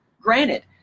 granted